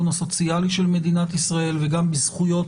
הסוציאלי של מדינת ישראל וגם בזכויות